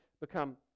become